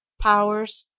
powers,